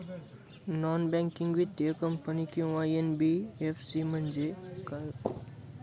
Non banking वित्तीय company किंवा NBFC म्हणजे काय व त्या कशा काम करतात?